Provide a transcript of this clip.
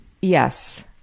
Yes